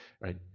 right